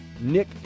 Nick